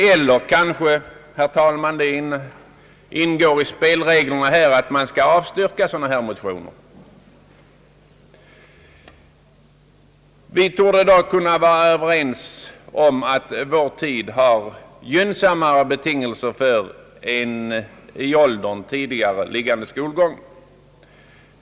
Eller det kanske ingår, herr talman, i spelreglerna att man skall avstyrka sådana här motioner. Vi torde dock kunna vara överens om att vår tid har gynnsammare betingelser för en tidigare skolgång.